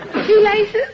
Shoelaces